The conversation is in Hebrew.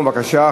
בבקשה.